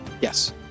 Yes